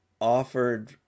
offered